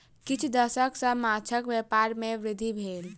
किछ दशक सॅ माँछक व्यापार में वृद्धि भेल